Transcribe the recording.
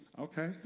Okay